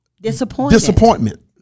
disappointment